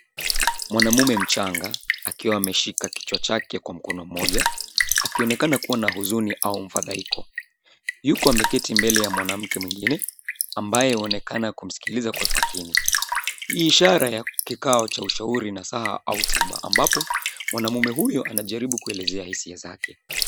Mwanaume mchanga akiwa ameshika kichwa chake kwa mkono mmoja akionekana kuwa na huzuni au mfadhaiko. Yuko ameketi mbele ya mwanamke mwingine ambaye anaonekana kumsikiliza kwa makini. Ishara ya kikao cha ushauri nasaha au tiba ambapo mwanaume huyo anajaribu kuelezea hisia zake.